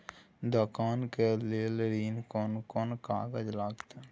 दुकान के लेल ऋण कोन कौन कागज लगतै?